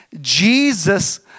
Jesus